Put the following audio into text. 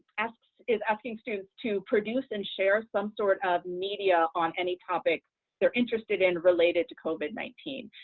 asks is asking students to produce and share some sort of media on any topic they're interested in related to covid nineteen.